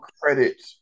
credit